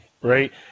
right